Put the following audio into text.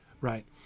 Right